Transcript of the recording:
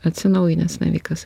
atsinaujinęs navikas